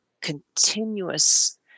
continuous